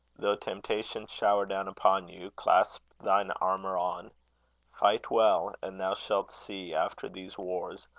though temptations shower down upon you clasp thine armour on fight well, and thou shalt see, after these wars,